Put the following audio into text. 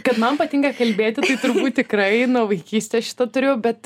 kad man patinka kalbėti tai turbūt tikrai nu vaikystės šitą turiu bet